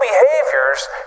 behaviors